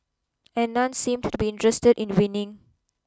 and none seemed to be interested in winning